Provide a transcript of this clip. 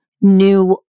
new